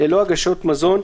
בלא הגשת מזון,